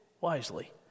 wisely